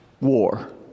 war